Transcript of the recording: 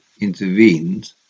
intervened